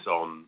on